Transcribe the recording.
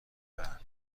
دارن